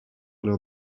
leurs